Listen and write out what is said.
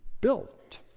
built